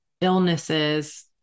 illnesses